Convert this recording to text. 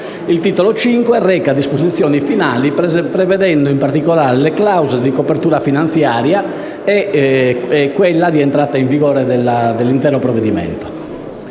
Il Titolo V reca disposizioni finali, contenendo, in particolare, le clausole di copertura finanziaria e le disposizioni di entrata in vigore dell'intero provvedimento.